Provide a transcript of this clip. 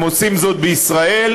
הם עושים זאת בישראל,